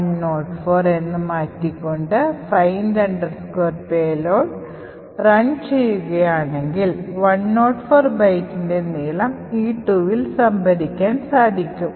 104 എന്ന് മാറ്റിക്കൊണ്ട് find payload run ചെയ്യുകയാണെങ്കിൽ 104 ബൈറ്റിന്റെ നീളം E2 ൽ സംഭരിക്കാൻ സാധിക്കും